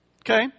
Okay